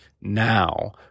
now